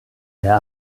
der